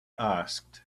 asked